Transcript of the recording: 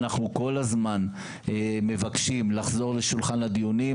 אנחנו כל הזמן מבקשים לחזור לשולחן הדיונים,